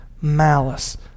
malice